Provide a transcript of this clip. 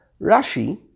Rashi